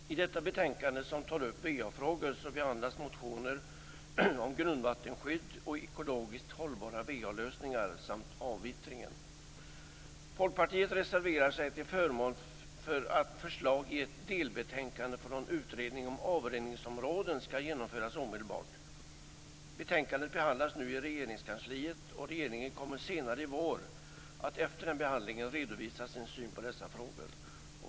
Fru talman! I detta betänkande som tar upp vafrågor behandlas motioner om grundvattenskydd och ekologiskt hållbara va-lösningar samt avvittringen. Folkpartiet reserverar sig till förmån för att förslag i ett delbetänkande från utredningen om avrinningsområden skall genomföras omedelbart. Betänkandet behandlas nu i Regeringskansliet, och regeringen kommer senare i vår att efter den behandlingen redovisa sin syn på dessa frågor.